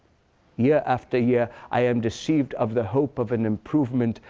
year after year, i am deceived of the hope of an improvement.